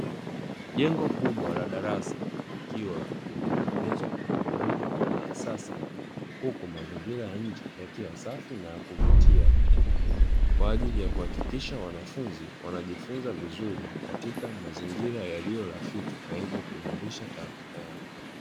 Jengo kubwa la darasa likiwa limetengenezwa kwa muundo wa kisasa, huku mazingira ya nje yakiwa safi na ya kuvutia kwa ajili ya kuhakikisha wanafunzi wanajifunza vizuri katika mazingira yaliyo rafiki; na hivyo kuimarisha taaluma yao.